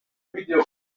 turere